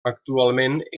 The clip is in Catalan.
actualment